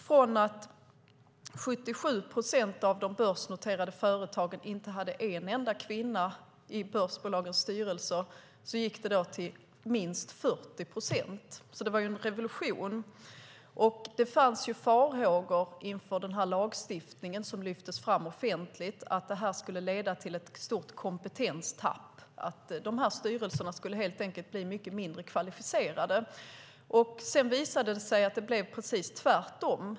Från att 77 procent av de börsnoterade företagen inte hade en enda kvinna i börsbolagens styrelser gick det till minst 40 procent kvinnor, så det var en revolution. Det fanns farhågor inför denna lagstiftning som lyftes fram offentligt för att det skulle leda till ett stort kompetenstapp, att dessa styrelser helt enkelt skulle bli mycket mindre kvalificerade. Det visade sig sedan att det blev precis tvärtom.